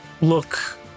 look